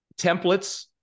Templates